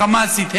החמאסית,